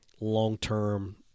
long-term